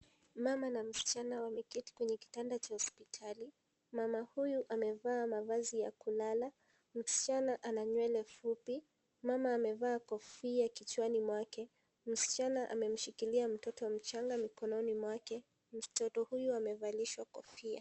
Mama na msichana wameketi kwenye kitanda cha hospitali. Mama huyu amevaa mavazi ya kulala, msichana ana nywele fupi. Mama amevaa kofia kichwani mwake, msichana amemshikilia mtoto mchanga mkononi mwake. Mtoto huyo amevalishwa kofia.